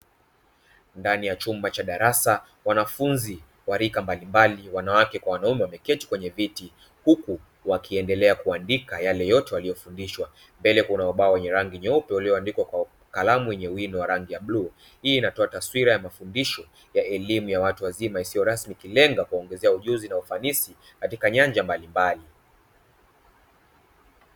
Ndani ya chumba cha darasa wanafunzi wa rika mbalimbali wanawake kwa wanaume wameketi kwenye viti, huku wakiendelea kuandika yale yote waliyofundishwa, mbele kuna ubao wa rangi nyeupe uliyoandikwa kwa kalamu yenye wino wa rangi ya bluu. Hii inatoa taswira ya mafundisho ya elimu ya watu wazima isiyo rasmi ikilenga kuwaongezea ujuzi na ufanisi katika nyanja mbalimbali.